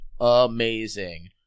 amazing